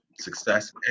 success